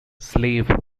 slave